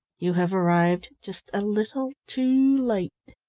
you have arrived just a little too late.